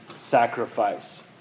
sacrifice